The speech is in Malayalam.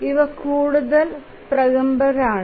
ഇവ കൂടുതൽ പ്രഗത്ഭരാണ്